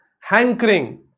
hankering